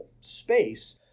space